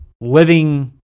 living